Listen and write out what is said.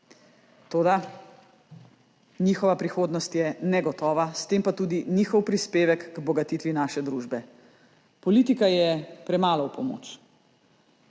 Toda njihova prihodnost je negotova, s tem pa tudi njihov prispevek k bogatitvi naše družbe. Politika je premalo v pomoč.